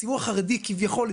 הציבור החרדי כביכול,